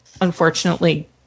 unfortunately